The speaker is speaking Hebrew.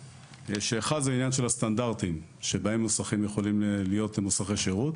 האחד זה עניין של סטנדרטים שבהם המוסכים יכולים להיות מוסכי שירות.